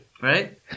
right